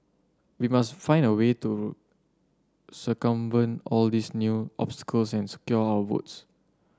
we must find a way to circumvent all these new and secure our votes